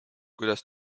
kuidas